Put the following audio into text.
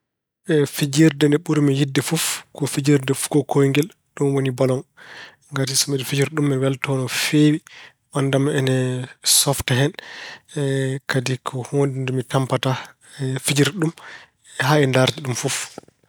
Fijirde nde ɓurmi yiɗde fof ko fijirde fugo koyngel, ɗum woni baloŋ. Ngati so mbeɗa fijira ɗum mbeɗa weltoo no feewi. Ɓanndu am ina softa hen. Kadi ko huunde nde mi tampataa fijirde ɗum haa e ndaarde ɗum fof.